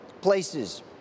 places